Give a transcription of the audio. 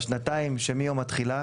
בשנתיים שמיום התחילה,